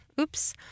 Oops